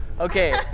Okay